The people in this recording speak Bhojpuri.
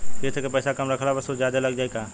किश्त के पैसा कम रखला पर सूद जादे लाग जायी का?